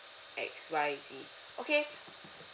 X Y Z okay